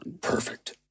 Perfect